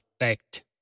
effect